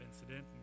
incident